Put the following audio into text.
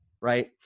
right